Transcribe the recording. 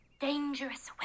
Dangerous